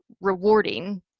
rewarding